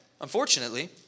unfortunately